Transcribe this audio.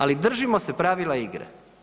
Ali držimo se pravila igre.